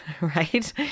right